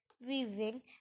Weaving